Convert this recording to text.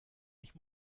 ich